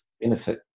benefit